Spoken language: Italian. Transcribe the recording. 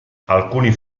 alcuni